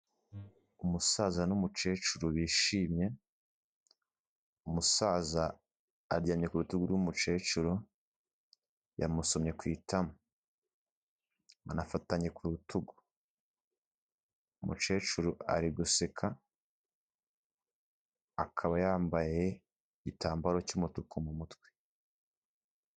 Umusaza n'umukecuru bishimye, umusaza aryamye ku rutugu rw'umukecuru yamusomye ku itama banafatanye ku rutugu, umukecuru ari guseka akaba yambaye igitambaro cy'umutuku mu mutwe.